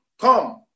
come